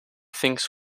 thinks